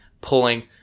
pulling